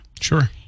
Sure